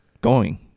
going-